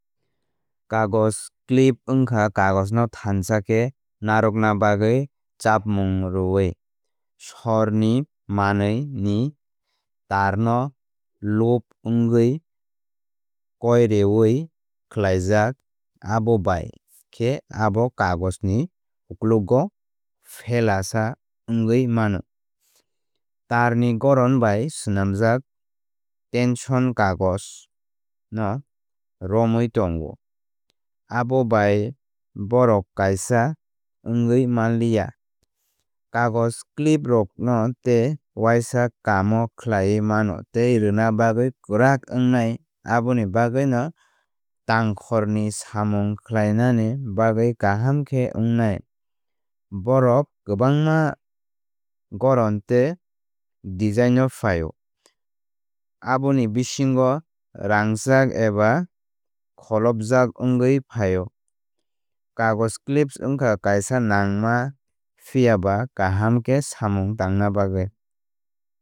Kagos clip wngkha kagos no thansa khe narwkna bagwi chapmung rwwi. Sor nij manwi ni tar no loop wngwi koireoui khlaijak abo bai khe abo Kagos ni uklogo phela sa wngwi mano. Tar ni goron bai swnamjak tension kagos no romwi tongo abo bai bohrok kaisa wngwi manliya. Kagos clip rok no tei uáisa kamo khlaiwi mano tei rwna bagwi kwrak wngnai aboni bagwino tangkhor ni samung khlainani bagwi kaham khe wngnai. Bohrok kwbangma goron tei design o phaio aboni bisingo rangchak eba kholopjak wngwi phaio. Kagos clips wngkha kaisa nangma phiyaba kaham khe samung tangna bagwi.